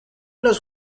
los